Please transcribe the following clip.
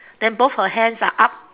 then both her hands are up